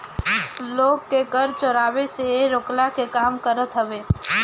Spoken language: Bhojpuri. लोग के कर चोरावे से रोकला के काम करत हवे